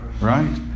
right